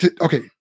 okay